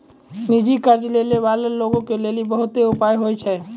निजी कर्ज लै बाला लोगो के लेली बहुते उपाय होय छै